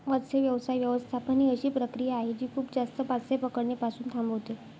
मत्स्य व्यवसाय व्यवस्थापन ही अशी प्रक्रिया आहे जी खूप जास्त मासे पकडणे पासून थांबवते